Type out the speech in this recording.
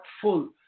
full